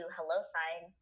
HelloSign